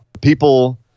people